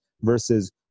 versus